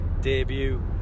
debut